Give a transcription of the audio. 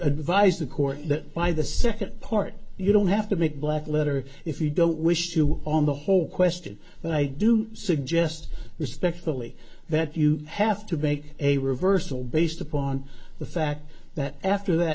the court that by the second part you don't have to make black letter if you don't wish you on the whole question but i do suggest respectfully that you have to make a reversal based upon the fact that after that